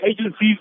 agencies